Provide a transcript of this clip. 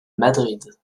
madrid